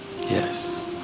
Yes